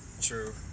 True